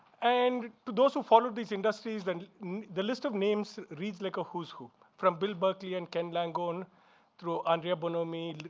and to those who follow these industries, and the list of names reads like a who's who, from bill berkley and ken langone through andrea bonomi,